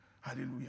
Hallelujah